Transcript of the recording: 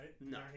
no